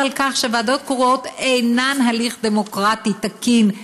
שוועדות קרואות אינן הליך דמוקרטי תקין,